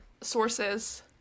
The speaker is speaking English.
sources